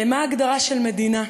מה ההגדרה של מדינה?